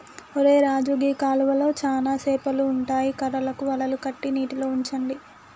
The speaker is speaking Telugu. ఒరై రాజు గీ కాలువలో చానా సేపలు ఉంటాయి కర్రలకు వలలు కట్టి నీటిలో ఉంచండి